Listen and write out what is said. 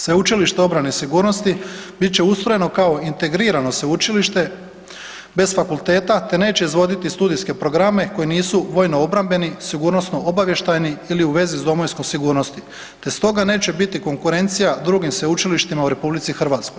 Sveučilište obrane i sigurnosti bit će ustrojeno kao integrirano sveučilište bez fakulteta te neće izvoditi studijske programe koji nisu vojno obrambeni i sigurnosno obavještajni ili uvezi sa domovinskom sigurnosti te stoga neće biti konkurencija drugim sveučilištima u RH.